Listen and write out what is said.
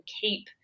keep